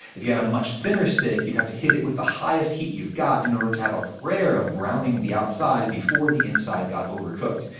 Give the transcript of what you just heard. if you had a much thinner steak, you'd have to hit it with the highest heat you've got in order to have a prayer of browning the outside before the inside got overcooked.